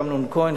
אמנון כהן,